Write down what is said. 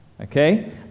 Okay